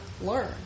learn